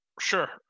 Sure